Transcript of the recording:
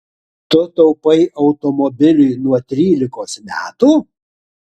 tu taupai automobiliui nuo trylikos metų